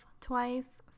twice